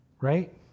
right